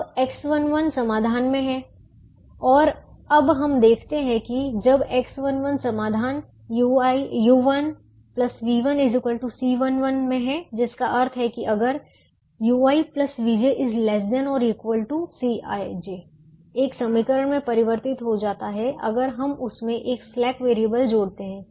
अब X11 समाधान में है और अब हम देखते हैं कि जब X11 समाधान u1 v1 C11 में है जिसका अर्थ है कि अगर ui vj ≤ Cij एक समीकरण में परिवर्तित हो जाता है अगर हम उसमें एक स्लैक वैरिएबल जोड़ते हैं